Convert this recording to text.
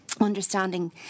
understanding